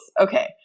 Okay